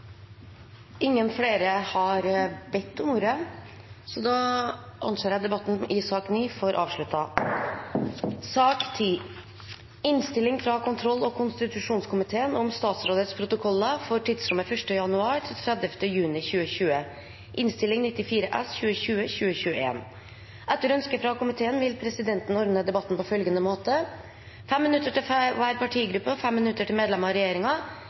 Ingen har bedt om ordet. Etter ønske fra justiskomiteen vil presidenten ordne debatten på følgende måte: 5 minutter til hver partigruppe og 5 minutter til medlemmer av